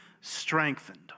strengthened